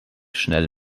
schnell